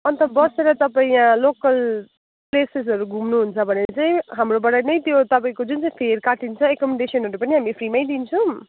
अन्त बसेर तपाईँ यहाँ लोकल प्लेसेसहरू घुम्नुहुन्छ भने चाहिँ हाम्रोबाट नै त्यो तपाईँको जुन चाहिँ फेयर काटिन्छ एकोमोडेसनहरू पनि हामी फ्रीमै दिन्छौँ